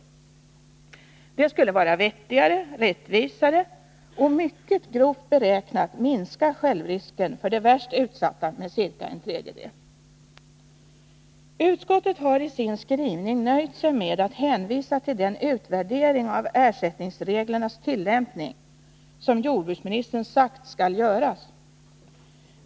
Det skulle vara vettigare och rättvisare och, mycket grovt beräknat, minska självrisken för de värst utsatta med ungefär en tredjedel. Utskottet har i sin skrivning nöjt sig med att hänvisa till den utvärdering av ersättningsreglernas tillämpning som jordbruksministern sagt skall göras.